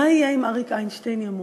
מה יהיה אם אריק איינשטיין ימות?